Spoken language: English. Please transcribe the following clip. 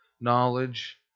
knowledge